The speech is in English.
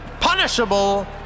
punishable